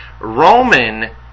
Roman